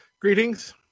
greetings